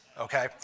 okay